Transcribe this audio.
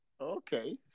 Okay